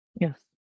Yes